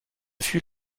fut